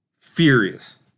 furious